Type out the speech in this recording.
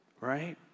right